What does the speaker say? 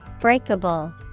Breakable